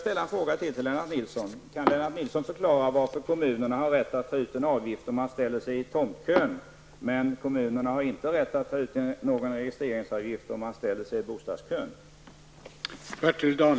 Kan Lennart Nilsson förklara varför kommunerna har rätt att ta ut en avgift när man ställer sig i tomtkön, men inte när man ställer sig i bostadskön?